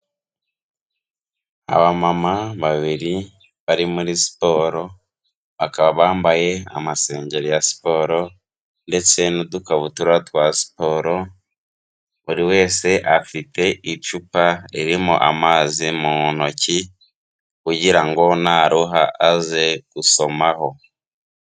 Abamama babiri bari muri siporo, bakaba bambaye amasengeri ya siporo ndetse n'udukabutura twa siporo, buri wese afite icupa ririmo amazi mu ntoki kugira ngo naruha aze gusomaho.